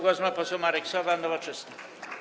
Głos ma poseł Marek Sowa, Nowoczesna.